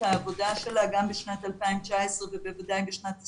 העבודה שלה גם בשנת 2019 ובוודאי בשנת 2020,